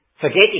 Forgetting